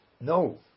No